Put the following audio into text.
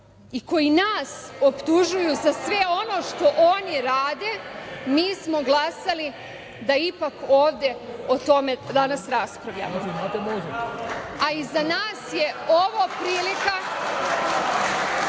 i koji nas optužuju za sve ono što oni rade, mi smo glasali da ipak ovde o tome danas raspravljamo.Za nas je ovo prilika